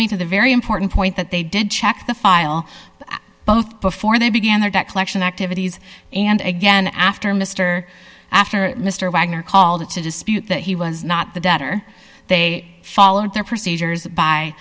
me to the very important point that they did check the file both before they began their debt collection activities and again after mr after mr wagner called it to dispute that he was not the debtor they followed their procedures by